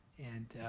and